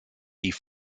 die